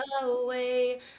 away